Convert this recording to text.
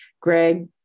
Greg